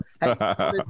Hey